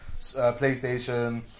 PlayStation